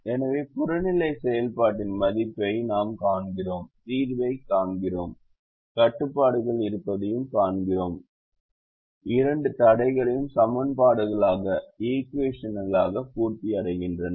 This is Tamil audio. எனவே புறநிலை செயல்பாட்டின் மதிப்பை நாம் காண்கிறோம் தீர்வைக் காண்கிறோம் கட்டுப்பாடுகள் இருப்பதையும் காண்கிறோம் இரண்டு தடைகளும் சமன்பாடுகளாக பூர்த்தி அடைகின்றன